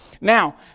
Now